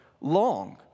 long